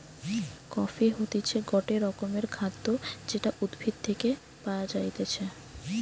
coffee হতিছে গটে রকমের খাদ্য যেটা উদ্ভিদ থেকে পায়া যাইতেছে